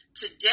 Today